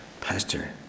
Pastor